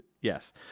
yes